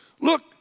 look